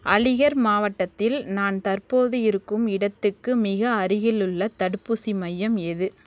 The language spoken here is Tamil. அலிகர் மாவட்டத்தில் நான் தற்போது இருக்கும் இடத்துக்கு மிக அருகிலுள்ள தடுப்பூசி மையம் எது